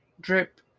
Drip